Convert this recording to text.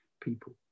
people